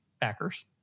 backers